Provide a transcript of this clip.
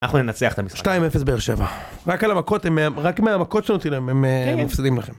אנחנו ננצח את המשחק 2-0 באר שבע. רק על המכות, הם רק מהמכות שנותנים להם הם מפסדים לכם.